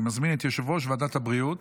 אני מזמין את יושב-ראש ועדת הבריאות